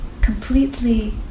completely